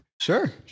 Sure